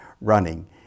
running